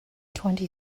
twenty